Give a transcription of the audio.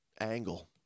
angle